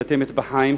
בתי-מטבחיים,